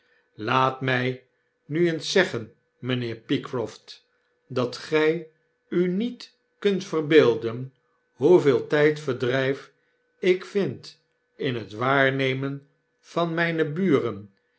laat my u eens zeggen mynheer pycroft dat gy u niet kunt verbeelden hoeveel tijdverdryf ik vind in het waarnemen van myne buren